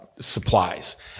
supplies